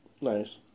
Nice